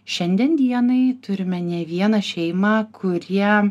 šiandien dienai turime ne vieną šeimą kurie